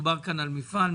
מדובר כאן על מפעל,